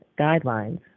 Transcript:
guidelines